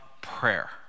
prayer